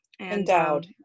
Endowed